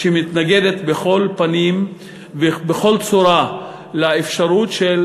שמתנגדת בכל פנים ובכל צורה לאפשרות של